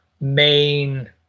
main